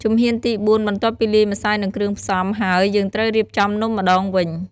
ជំហានទី ៤ បន្ទាប់ពីលាយម្សៅ និងគ្រឿងផ្សំ ហើយយើងត្រូវររៀបចំនំម្ដងវិញ។